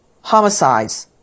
homicides